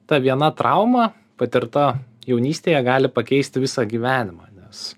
ta viena trauma patirta jaunystėje gali pakeisti visą gyvenimą nes